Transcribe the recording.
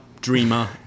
dreamer